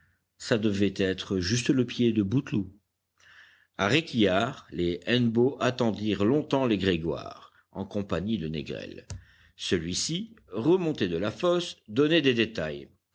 ça devait être juste le pied de bouteloup a réquillart les hennebeau attendirent longtemps les grégoire en compagnie de négrel celui-ci remonté de la fosse donnait des détails